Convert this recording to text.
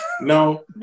No